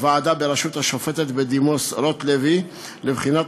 ועדה בראשות השופטת בדימוס רוטלוי לבחינת